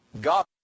God